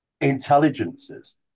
intelligences